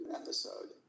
episode